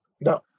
No